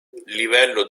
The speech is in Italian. livello